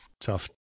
tough